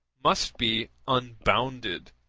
must be unbounded.